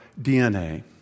DNA